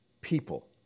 people